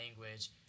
language